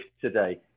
today